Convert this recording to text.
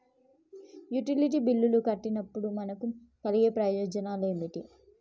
Utility బిల్లులు కట్టినప్పుడు మనకు కలిగే ప్రయోజనాలు ఏమిటి?